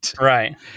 Right